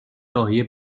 ناحیه